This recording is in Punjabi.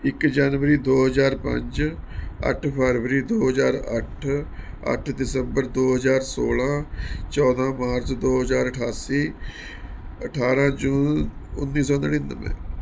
ਇੱਕ ਜਨਵਰੀ ਦੋ ਹਜ਼ਾਰ ਪੰਜ ਅੱਠ ਫਰਵਰੀ ਦੋ ਹਜ਼ਾਰ ਅੱਠ ਅੱਠ ਦਸੰਬਰ ਦੋ ਹਜ਼ਾਰ ਸੋਲ੍ਹਾਂ ਚੌਦਾਂ ਮਾਰਚ ਦੋ ਹਜ਼ਾਰ ਅਠਾਸੀ ਅਠਾਰਾਂ ਜੂਨ ਉੱਨੀ ਸੌ ਨੜਿਨਵੇਂ